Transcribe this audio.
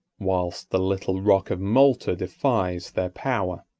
whilst the little rock of malta defies their power,